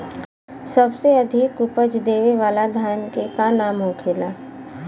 सबसे अधिक उपज देवे वाला धान के का नाम होखे ला?